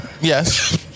Yes